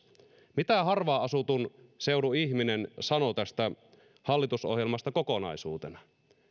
mitä harvaan asutun seudun ihminen sanoo tästä hallitusohjelmasta kokonaisuutena